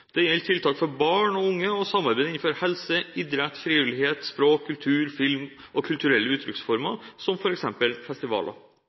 gjelder tiltak for barn og unge og samarbeid innenfor helse, idrett, frivillighet, språk, kultur, film og kulturelle uttrykksformer, som f.eks. festivaler.